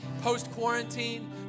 post-quarantine